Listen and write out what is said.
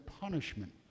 punishment